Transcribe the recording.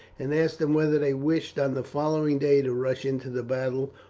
and asked them whether they wished on the following day to rush into the battle,